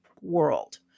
world